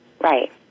Right